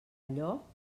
allò